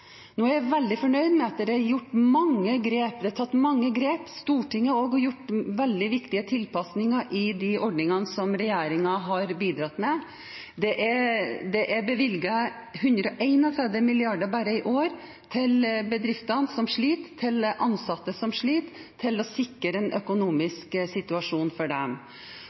grep i Stortinget og gjort veldig viktige tilpasninger i de ordningene som regjeringen har bidratt med. Det er bare i år bevilget 131 mrd. kr til bedrifter som sliter, til ansatte som sliter, for å sikre den økonomiske situasjonen for dem.